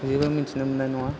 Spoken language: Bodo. जेबो मिथिनो मोन्नाय नङा